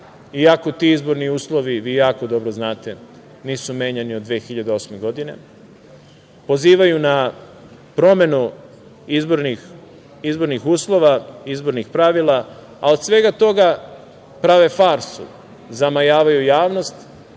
iako ti izborni uslovi, vi jako dobro znate, nisu menjani od 2008. godine, pozivaju na promenu izbornih uslova, izbornih pravila, a od svega toga prave farsu, zamajavaju javnost,